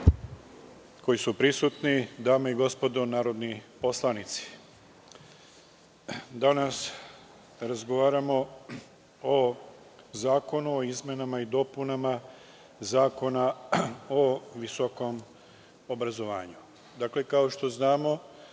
koji su prisutni, dame i gospodo narodni poslanici, danas razgovaramo o zakonu o izmenama i dopunama Zakona o visokom obrazovanju. Kao što znamo,